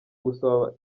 gusaba